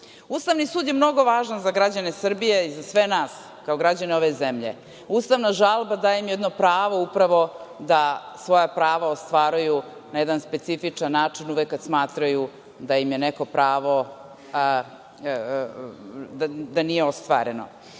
praksi. Ustavni sud je mnogo važan za građane Srbije, za sve nas kao građane ove zemlje. Ustavna žalba daje jedno pravo upravo da svoja prava ostvaruju na jedan specifičan način, uvek kad smatraju da im neko pravo nije ostvareno.